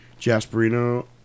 Jasperino